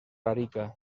arica